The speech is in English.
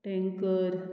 tanker